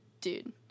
dude